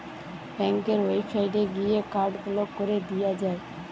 ব্যাংকের ওয়েবসাইটে গিয়ে কার্ড ব্লক কোরে দিয়া যায়